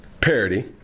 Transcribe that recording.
parody